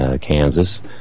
Kansas